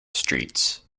streets